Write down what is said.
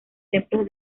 templos